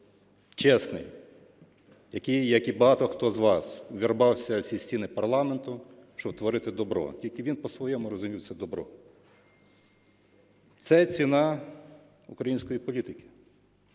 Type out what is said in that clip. чесний, який, як і багато хто з вас, увірвався в ці стіни парламенту, щоб творити добро, тільки він по-своєму розумів це добро. Це ціна української політики